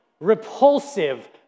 Repulsive